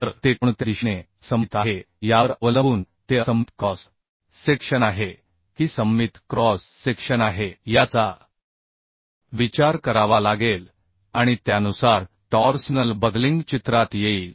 तर ते कोणत्या दिशेने असममित आहे यावर अवलंबून ते असममित क्रॉस सेक्शन आहे की सममित क्रॉस सेक्शन आहे याचा विचार करावा लागेल आणित्यानुसार टॉर्सनल बकलिंग चित्रात येईल